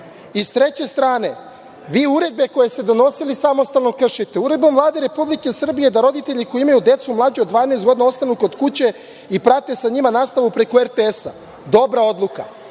sa treće strane, vi uredbe koje ste donosili, samostalno kršite. Uredbom Vlade Republike Srbije da roditelji koji imaju decu mlađu od 12 godina ostanu kod kuće i prate sa njima nastavu preko RTS-a, dobra odluka.